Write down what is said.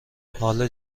حال